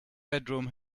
bedroom